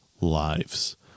lives